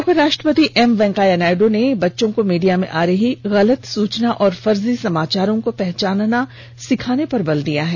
उपराष्ट्रपति एम वेंकैया नायडू ने बच्चों को मीडिया में आ रही गलत सूचना और फर्जी समाचारो को पहचान सिखाने पर बले दिया है